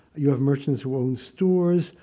you have merchants who own stores.